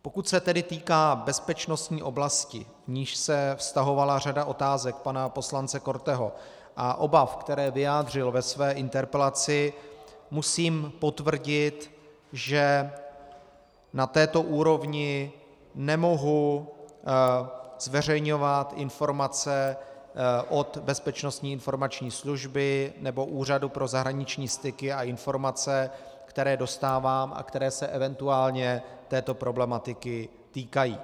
Pokud se tedy týká bezpečnostní oblasti, k níž se vztahovala řada otázek pana poslance Korteho a obav, které vyjádřil ve své interpelaci, musím potvrdit, že na této úrovni nemohu zveřejňovat informace od Bezpečnostní informační služby nebo Úřadu pro zahraniční služby nebo Úřadu pro zahraniční styky a informace, které dostávám a které se eventuálně této problematiky týkají.